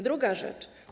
Druga rzecz.